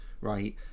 right